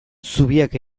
zubiak